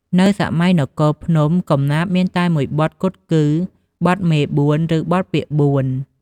នៅសម័យនគរភ្នំ កំណាព្យមានតែមួយបទគត់គឺ បទមេបួន ឬ បទពាក្យបួន។